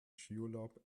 skiurlaub